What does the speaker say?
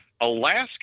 Alaska